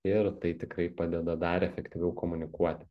ir tai tikrai padeda dar efektyviau komunikuoti